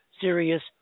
serious